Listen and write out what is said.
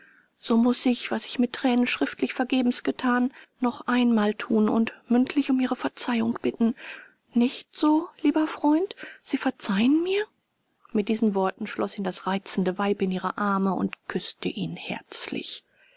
so muß ich was ich mit thränen schriftlich vergebens gethan noch einmal thun und mündlich um ihre verzeihung bitten nicht so lieber freund sie verzeihen mir mit diesen worten schloß ihn das reizende weib in ihre arme und küßte ihn herzlich